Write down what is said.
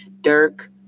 Dirk